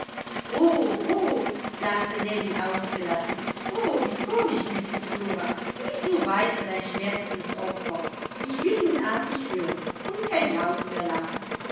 lachte nellie ausgelassen o wie komisch bist du flora lies nur weiter dein schmerzensopfer ich will nun artig hören und kein laut mehr lachen